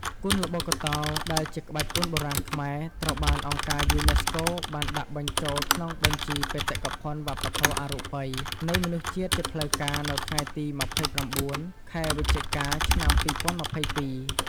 គុនល្បុក្កតោ ដែលជាក្បាច់គុនបុរាណខ្មែរ ត្រូវបានអង្គការយូណេស្កូបានដាក់បញ្ចូលក្នុងបញ្ជីបេតិកភណ្ឌវប្បធម៌អរូបីនៃមនុស្សជាតិជាផ្លូវការ នៅថ្ងៃទី ២៩ ខែវិច្ឆិកា ឆ្នាំ២០២២។